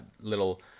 little